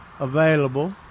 available